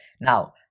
Now